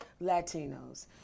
Latinos